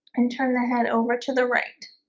and turn the head over to the right